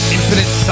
Infinite